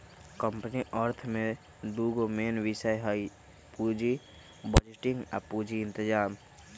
company अर्थ में दूगो मेन विषय हइ पुजी बजटिंग आ पूजी इतजाम